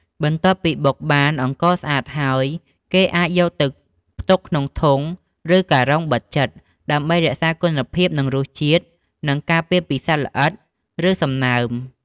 បន្ទាប់ពីបុកបានអង្ករស្អាតហើយ គេអាចយកទៅផ្ទុកក្នុងធុង ឬការ៉ុងបិទជិត ដើម្បីរក្សាគុណភាព រសជាតិ និងការពារពីសត្វល្អិត ឬសំណើម។